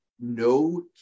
no